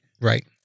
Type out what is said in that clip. Right